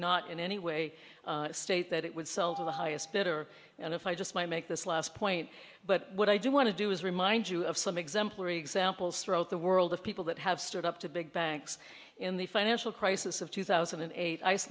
not any way state that it would sell to the highest bidder and if i just might make this last point but what i do want to do is remind you of some exemplary examples throughout the world of people that have stood up to big banks in the financial crisis of two thousand and eight ice